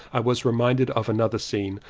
i was reminded of another scene.